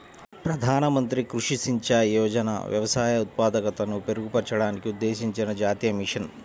ప్రధాన మంత్రి కృషి సించాయ్ యోజన వ్యవసాయ ఉత్పాదకతను మెరుగుపరచడానికి ఉద్దేశించిన జాతీయ మిషన్